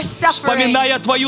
suffering